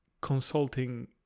consulting